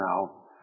now